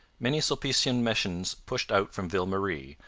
many sulpician missions pushed out from ville marie,